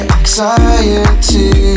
anxiety